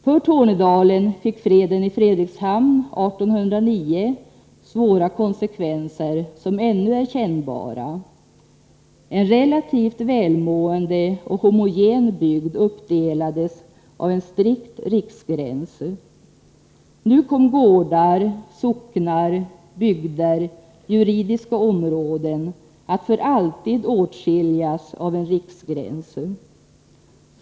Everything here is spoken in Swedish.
För Tornedalen fick freden i Fredrikshamn 1809 svåra konsekvenser som ännu är kännbara. En relativt välmående och homogen bygd uppdelades av en strikt riksgräns. Nu kom gårdar, socknar, bygder och juridiska områden att för alltid åtskiljas av en riksgräns.